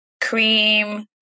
Cream